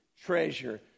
treasure